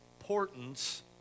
Importance